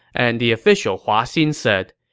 and the official hua xin said,